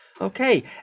Okay